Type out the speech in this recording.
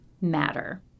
matter